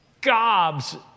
gobs